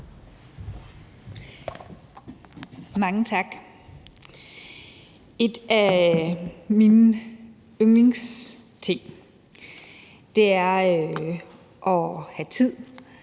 Mange tak. En af mine yndlingsting er at have tid